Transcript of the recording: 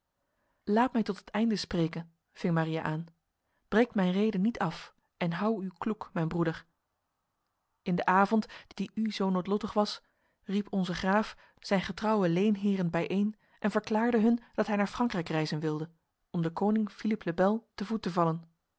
laat mij tot het einde spreken ving maria aan breekt mijn rede niet af en hou u kloek mijn broeder in de avond die u zo noodlottig was riep onze graaf zijn getrouwe leenheren bijeen en verklaarde hun dat hij naar frankrijk reizen wilde om de koning philippe le bel te voet te vallen